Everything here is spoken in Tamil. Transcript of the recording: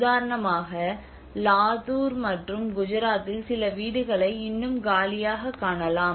உதாரணமாக லாதூர் மற்றும் குஜராத்தில் சில வீடுகளை இன்னும் காலியாக காணலாம்